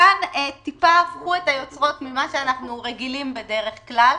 כאן טיפה הפכו את היוצרות ממה שאנחנו רגילים בדרך כלל